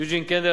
יוג'ין קנדל,